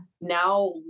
Now